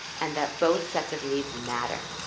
and that both sets of needs matter.